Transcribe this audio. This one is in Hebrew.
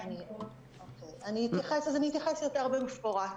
אני אתייחס יותר במפורט.